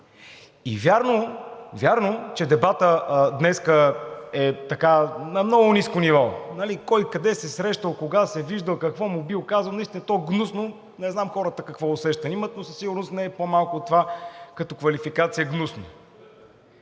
Вярно, че дебатът днес е на много ниско ниво – кой къде се срещал, кога се виждал, какво му бил казал. Наистина, то гнусно – не знам хората какво усещане имат, но със сигурност не е по-малко от това като квалификация „гнусно“.